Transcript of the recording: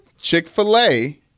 Chick-fil-A